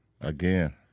Again